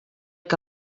que